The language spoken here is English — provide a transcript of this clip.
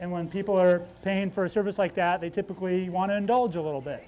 and when people are paying for a service like that they typically want to indulge a little bit